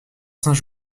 saint